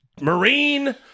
Marine